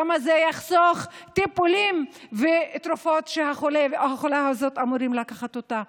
כמה טיפולים ותרופות שהחולות האלו אמורות לקחת זה יחסוך.